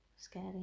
Scary